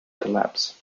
collapse